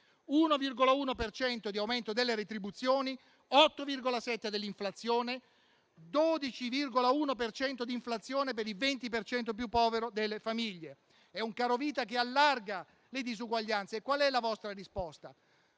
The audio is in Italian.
cento di aumento delle retribuzioni, 8,7 per cento dell'inflazione, 12,1 per cento di inflazione per il 20 per cento più povero delle famiglie. È un carovita che allarga le disuguaglianze. Qual è la vostra risposta?